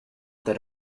that